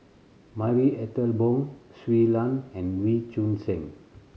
Marie Ethel Bong Shui Lan and Wee Choon Seng